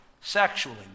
sexually